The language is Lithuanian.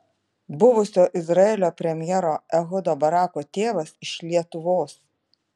buvusio izraelio premjero ehudo barako tėvas iš lietuvos